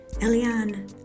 Eliane